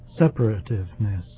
separativeness